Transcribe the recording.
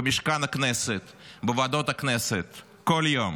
במשכן הכנסת, בוועדות הכנסת, כל יום.